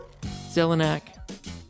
Zelenak